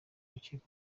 rukiko